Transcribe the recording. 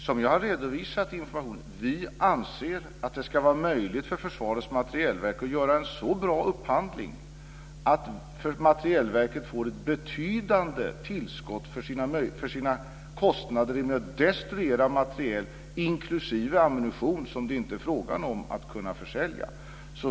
Som jag har redovisat i informationen, anser vi att det ska vara möjligt för Försvarets materielverk att göra en så bra upphandling att materielverket får ett betydande tillskott för sina kostnader genom att destruera materiel, inklusive ammunition som det inte är fråga om att försälja.